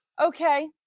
okay